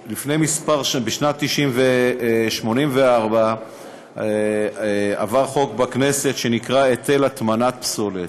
בשנת 1984 עבר חוק בכנסת שנקרא היטל הטמנת פסולת.